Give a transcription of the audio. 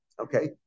Okay